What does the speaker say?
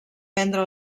prendre